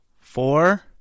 Four